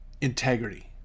integrity